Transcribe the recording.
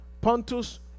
Pontus